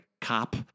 cop